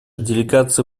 делегация